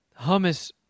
hummus